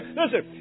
Listen